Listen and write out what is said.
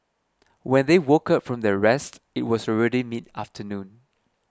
when they woke up from their rest it was already mid afternoon